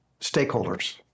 stakeholders